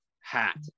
hat